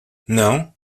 não